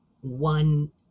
one